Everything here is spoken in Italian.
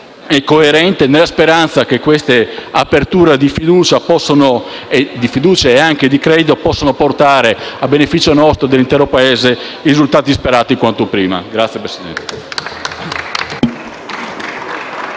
e coerente, nella speranza che tali aperture di fiducia e di credito possano portare, a beneficio nostro e dell'intero Paese, i risultati sperati quanto prima. *(Applausi